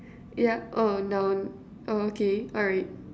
yup oh no oh okay alright